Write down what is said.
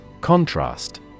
Contrast